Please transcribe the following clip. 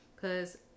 cause